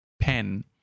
Pen